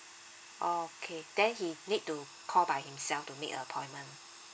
okay then he need to call by himself to make a appointment